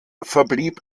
verblieb